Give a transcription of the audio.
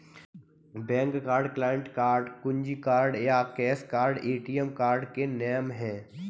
bank card, client card, कुंजी card या cash card ATM card के नाम है